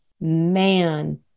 man